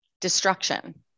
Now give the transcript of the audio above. destruction